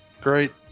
Great